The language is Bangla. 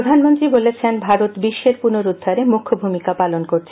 প্রধানমন্ত্রী বলেছেন ভারত বিশ্বের পুনরুদ্ধারে মুখ্য ভূমিকা পালন কর্বচ্ছে